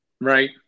Right